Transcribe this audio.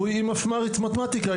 היא מפמ"רית מתמטיקה,